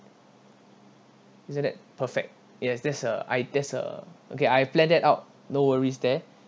isn't it perfect ya that's a I that's a okay I've planned that out no worries there